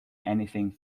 anything